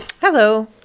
Hello